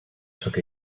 took